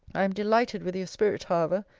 i am delighted with your spirit, however.